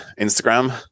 Instagram